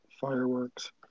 Fireworks